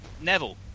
Neville